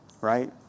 right